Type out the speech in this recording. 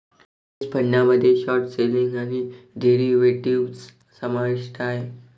hedge फंडामध्ये short selling आणि derivatives समाविष्ट आहेत